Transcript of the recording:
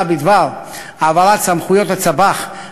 את המלצותיה בדבר העברת סמכויות הצב"ח,